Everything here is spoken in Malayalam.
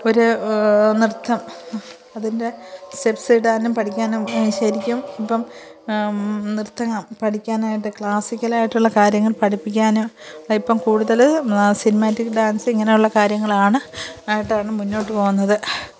ഒരു നൃത്തം അതിൻ്റെ സ്റ്റെപ്സ് ഇടാനും പഠിക്കാനും ശരിക്കും ഇപ്പം നൃത്തം പഠിക്കാനായിട്ട് ക്ലാസ്സിക്കൽ ആയിട്ടുള്ള കാര്യങ്ങൾ പഠിപ്പിക്കാനും ഇപ്പം കൂടുതൽ സിനിമാറ്റിക് ഡാൻസും ഇങ്ങനെയുള്ള കാര്യങ്ങളാണ് ആയിട്ടാണ് മുന്നോട്ട് പോകുന്നത്